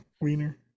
wiener